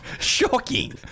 Shocking